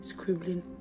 Scribbling